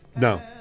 No